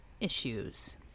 issues